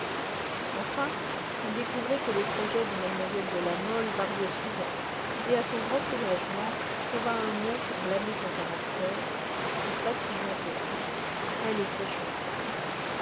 enfin il découvrit que les projets de mlle de la mole variaient souvent et à son grand soulagement trouva un mot pour blâmer son caractère si fatigant pour lui elle était changeante